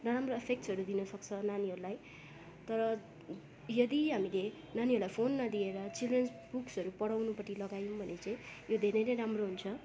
नराम्रो इफेक्ट्यहरू दिनसक्छ नानीहरूलाई तर यदि हामीले नानीहरूलाई फोन नदिएर चिल्ड्रेन्स बुक्सहरू पढाउनुपट्टि लगाइयौँ भने चाहिँ यो धेरै नै राम्रो हुन्छ